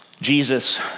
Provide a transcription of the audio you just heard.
Jesus